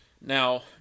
Now